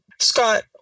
Scott